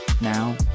Now